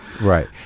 Right